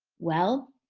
well,